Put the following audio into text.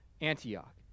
Antioch